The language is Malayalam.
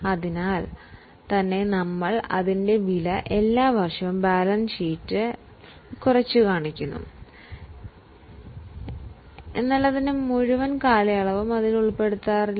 അതിനാൽ നമ്മൾ എല്ലാ വർഷവും അസറ്റിന്റെ മൂല്യം ബാലൻസ് ഷീറ്റിൽ കുറച്ചു കൊണ്ട് പോകും അസറ്റ് പൂർണ്ണമായും തീരുന്നതുവരെ കാത്തിരിക്കില്ല